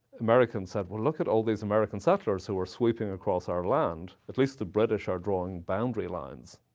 americans said, well, look at all these american settlers who are sweeping across our land. at least the british are drawing boundary lines.